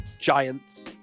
giants